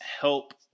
help